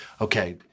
okay